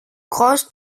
cross